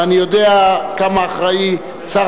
ואני יודע כמה אחראי שר